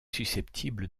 susceptible